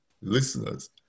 listeners